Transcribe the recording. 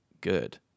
good